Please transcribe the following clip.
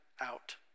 out